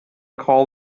call